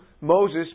Moses